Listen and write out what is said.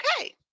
Okay